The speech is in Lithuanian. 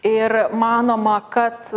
ir manoma kad